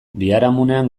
biharamunean